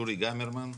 יורי גמרמן,